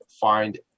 find